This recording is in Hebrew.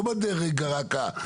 לא בדרך רק המבצע.